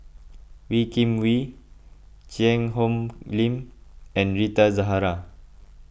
Wee Kim Wee Cheang Hong Lim and Rita Zahara